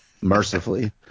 mercifully